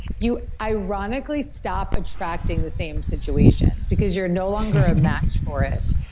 you ironically stop attracting the same situations because you're no longer a match for it.